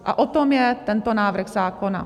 A o tom je tento návrh zákona.